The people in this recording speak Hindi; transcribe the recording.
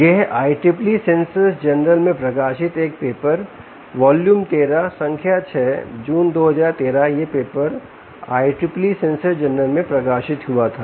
ये है IEEE सेंसर्स जर्नल में प्रकाशित एक पेपर वॉल्यूम 13 संख्या 6 जून 2013 यह पेपर IEEE सेंसर जनरल में प्रकाशित हुआ था